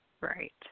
right